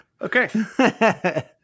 Okay